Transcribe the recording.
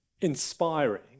inspiring